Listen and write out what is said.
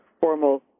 formal